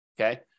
Okay